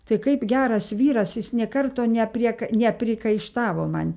tai kaip geras vyras jis nė karto nepriekai neprikaištavo man